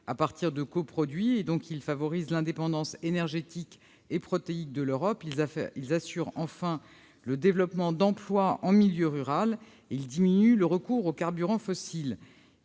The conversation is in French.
à partir de coproductions, ils favorisent l'indépendance énergétique et protéique de l'Europe, ils assurent le développement d'emplois en milieu rural et ils diminuent le recours aux carburants fossiles.